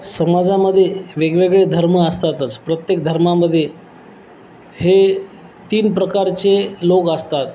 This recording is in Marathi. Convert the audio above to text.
समाजामध्ये वेगवेगळे धर्म असतातच प्रत्येक धर्मामध्ये हे तीन प्रकारचे लोक असतात